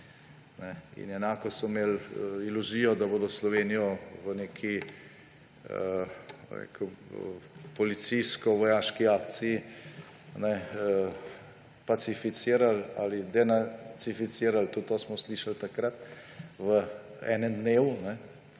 In enako so imeli iluzijo, da bodo Slovenijo v neki, bom rekel, policijsko-vojaški akciji pacificirali ali denacificirali, tudi to smo slišali takrat, v enem dnevu,